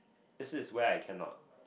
this is where I cannot